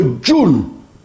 June